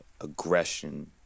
aggression